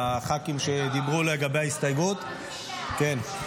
הח"כים שדיברו לגבי ההסתייגות ------ כן.